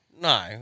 No